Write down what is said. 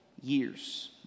years